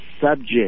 subject